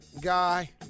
Guy